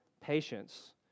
patience